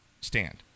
stand